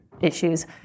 issues